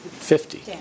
Fifty